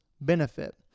benefit